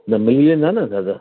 त मिली वेंदा न दादा